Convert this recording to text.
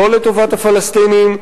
לא לטובת הפלסטינים,